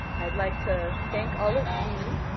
i'd like to thank all of you,